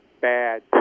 bad